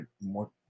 more